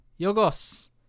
Yogos